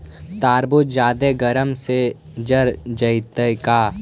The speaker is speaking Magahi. तारबुज जादे गर्मी से जर जितै का?